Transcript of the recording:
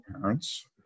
parents